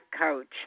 coach